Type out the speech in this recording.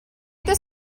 this